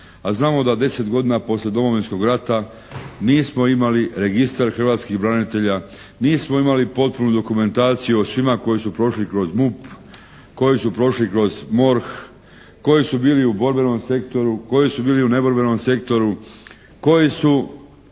a znamo da 10 godina poslije Domovinskog rata nismo imali registar hrvatskih branitelja, nismo imali potpuno dokumentaciju o svima koji su prošli kroz MUP, koji su prošli kroz MORH, koji su bili u borbenom sektoru, koji su bili u neborbenom sektoru, koji su